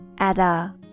Ada